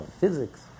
physics